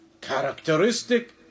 characteristic